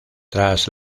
tras